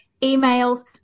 emails